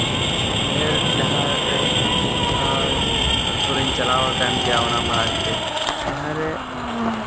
ᱰᱷᱮᱨ ᱡᱟᱦᱟᱸ ᱨᱮ ᱠᱚᱨᱤᱧ ᱪᱟᱞᱟᱣ ᱟᱠᱟᱱ ᱜᱮᱭᱟ ᱚᱱᱟ ᱢᱟᱲᱟᱝ ᱛᱮ ᱡᱟᱦᱟᱸ ᱨᱮ